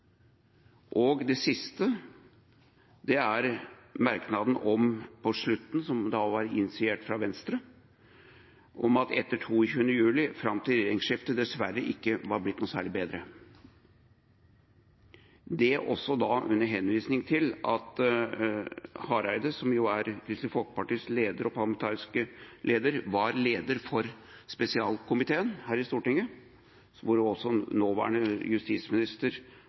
rapport. Det siste er merknaden på slutten, som var initiert fra Venstre, om at det etter 22. juli fram til regjeringsskiftet dessverre ikke var blitt noe særlig bedre – det da også under henvisning til at Hareide, som jo er Kristelig Folkepartis leder og parlamentariske leder, var leder for spesialkomiteen her i Stortinget, hvor også nåværende justisminister